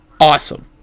awesome